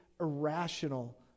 irrational